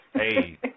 Hey